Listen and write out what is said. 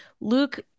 luke